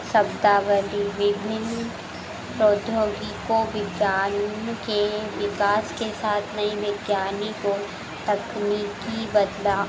शब्दावली विभिन्न प्रौद्योगिकों विज्ञान के विकास के साथ नई वैज्ञानिकों तकनीकी बदलाव